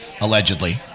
allegedly